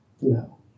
No